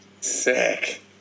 Sick